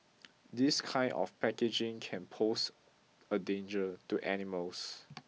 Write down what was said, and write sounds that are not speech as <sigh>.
<noise> this kind of packaging can pose a danger to animals